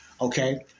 Okay